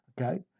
Okay